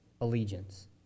allegiance